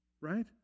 Right